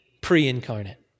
pre-incarnate